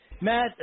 Matt